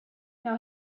now